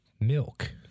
milk